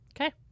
Okay